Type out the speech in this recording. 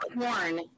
corn